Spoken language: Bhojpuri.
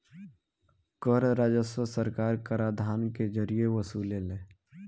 कर राजस्व सरकार कराधान के जरिए वसुलेले